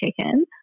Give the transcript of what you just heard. chicken